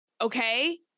okay